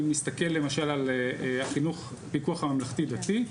אם נסתכל למשל על החינוך פיקוח ממלכתי דתי,